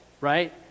right